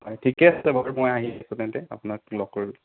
হয় ঠিকে আছিলে বাৰু মই আহি আছো তেন্তে আপোনাক লগ কৰিবলে